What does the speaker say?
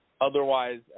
otherwise